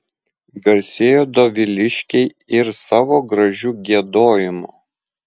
garsėjo doviliškiai ir savo gražiu giedojimu